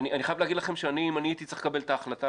אני חייב להגיד לכם שאם אני הייתי צריך לקבל את ההחלטה,